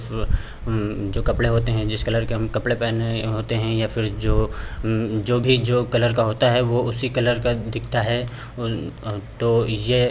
जो कपड़े होते हैं जिस कलर के हम कपड़े पहने होते हैं या फिर जो जो भी जो कलर का होता है वह उसी कलर का दिखता है और तो यह